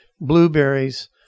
Blueberries